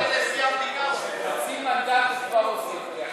נשיא המדינה, חצי מנדט הוא כבר הוסיף לי עכשיו.